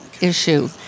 issue